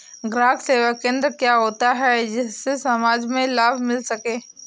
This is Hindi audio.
ग्राहक सेवा केंद्र क्या होता है जिससे समाज में लाभ मिल सके?